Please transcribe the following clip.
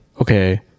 okay